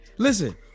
Listen